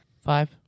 Five